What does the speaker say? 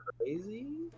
crazy